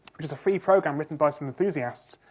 which is a free programme written by some enthusiasts,